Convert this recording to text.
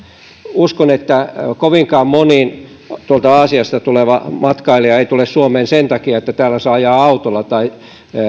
uskon että kovinkaan moni aasiasta tuleva matkailija ei tule suomeen sen takia että täällä saa ajaa autolla